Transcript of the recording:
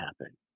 happen